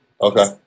Okay